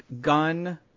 gun